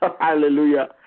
Hallelujah